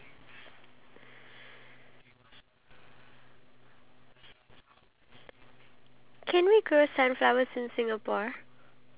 they have a sunflower like garden like sunflower field if you take photos over there then it's so like nice